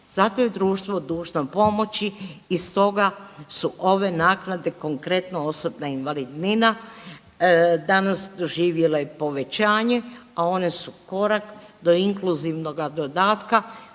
Zato je društvo dužno pomoći i stoga su ove naknade, konkretno osobna invalidnina danas doživjele povećanje, a one su korak do inkluzivnoga dodatka